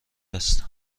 است